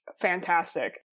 fantastic